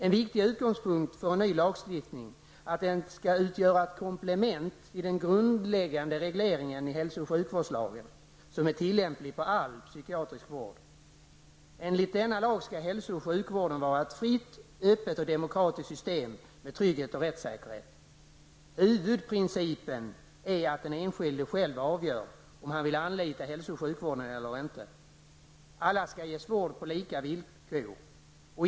En viktig utgångspunkt för en ny lagstiftning är att den ska utgöra ett komplement till den grundläggande regleringen i hälso och sjukvårdslagen, som är tillämplig på all psykiatrisk vård. Enligt denna lag skall hälso och sjukvården vara ett fritt, öppet och demokratiskt system med trygghet och rättssäkerhet. Huvudprincipen är att den enskilde själv avgör om han vill anlita hälso och sjukvården eller inte. Alla skall ges vård på lika villkor.